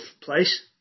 place